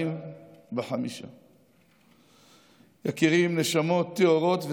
45 יקירים, נשמות טהורות וזכות,